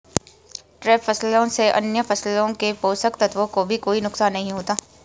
trap फसलों से अन्य फसलों के पोषक तत्वों को भी कोई नुकसान नहीं होता